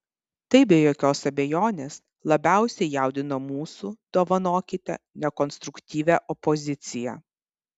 tai be jokios abejonės labiausiai jaudina mūsų dovanokite nekonstruktyvią opoziciją